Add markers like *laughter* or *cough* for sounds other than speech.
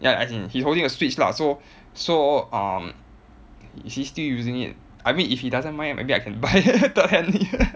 ya as in he's holding a switch lah so so um is he still using it I mean if he doesn't mind maybe I can buy *laughs* third hand *laughs*